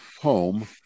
home